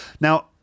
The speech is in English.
now